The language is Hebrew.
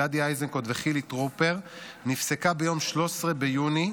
גדי איזנקוט וחילי טרופר נפסקה ביום 13 ביוני